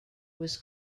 was